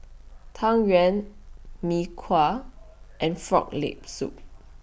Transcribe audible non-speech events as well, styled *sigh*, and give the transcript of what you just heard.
Tang Yuen Mee Kuah *noise* and Frog Leg Soup *noise*